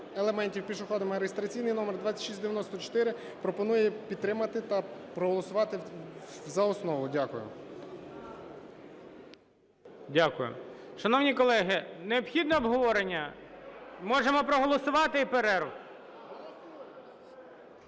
елементів пішоходами (реєстраційний номер 2694) пропоную підтримати та проголосувати за основу. Дякую. ГОЛОВУЮЧИЙ. Дякую. Шановні колеги, необхідно обговорення? Можемо проголосувати – і перерва.